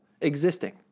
existing